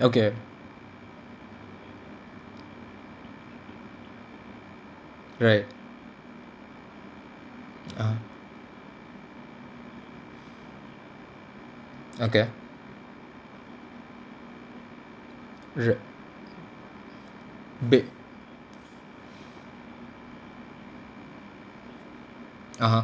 okay right (uh huh) okay r~ ba~ (uh huh)